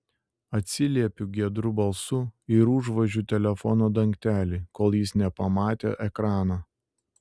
atsiliepiu giedru balsu ir užvožiu telefono dangtelį kol jis nepamatė ekrano